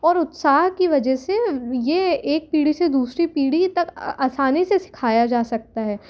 और उत्साह की वजह से ये एक पीढ़ी से दूसरी पीढ़ी तक आसानी से सिखाया जा सकता है